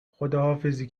خداحافظی